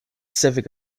civic